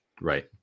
Right